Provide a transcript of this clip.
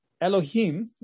Elohim